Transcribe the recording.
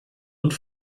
und